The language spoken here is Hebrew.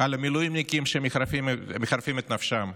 על המילואימניקים שמחרפים את נפשם,